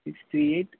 six three eight